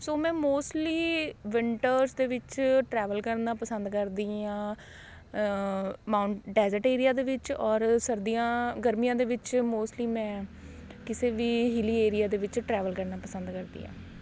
ਸੋ ਮੈਂ mostly winters ਦੇ ਵਿੱਚ ਟਰੈਵਲ ਕਰਨਾ ਪਸੰਦ ਕਰਦੀ ਹਾਂ ਮਾਉਂ ਡੈਜ਼ਰਟ ਏਰੀਆ ਦੇ ਵਿੱਚ ਔਰ ਸਰਦੀਆਂ ਗਰਮੀਆਂ ਦੇ ਵਿੱਚ ਮੋਸਟਲੀ ਮੈਂ ਕਿਸੇ ਵੀ ਹਿੱਲੀ ਏਰੀਆ ਦੇ ਵਿੱਚ ਟਰੈਵਲ ਕਰਨਾ ਪਸੰਦ ਕਰਦੀ ਹਾਂ